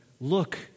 look